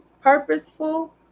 purposeful